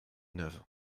neuve